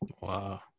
Wow